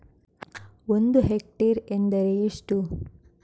ಒಂದು ಹೆಕ್ಟೇರ್ ಎಂದರೆ ಎಷ್ಟು?